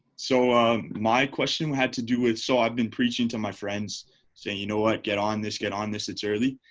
so um my question had to do with, so i've been preaching to my friends saying, you know what? get on this, get on this, it's early.